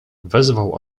wezwał